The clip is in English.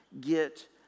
get